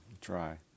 try